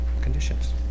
conditions